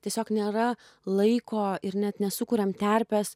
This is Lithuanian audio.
tiesiog nėra laiko ir net nesukuriam terpės